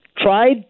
tried